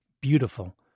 beautiful